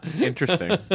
Interesting